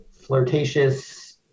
flirtatious